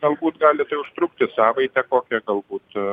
galbūt gali tai užtrukti savaitę kokią galbūt